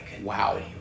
Wow